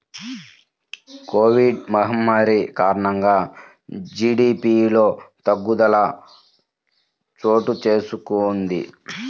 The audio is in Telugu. కోవిడ్ మహమ్మారి కారణంగా జీడీపిలో తగ్గుదల చోటుచేసుకొంది